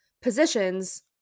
positions